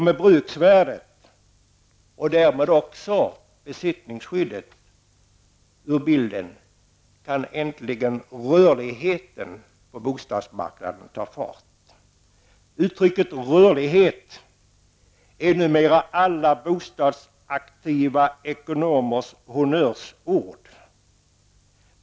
Med bruksvärdet, och därmed också besittningsskyddet, ur bilden kan rörligheten på bostadsmarknaden äntligen ta fart. Uttrycket rörlighet är numera alla bostadsaktiva ekonomers honnörsord.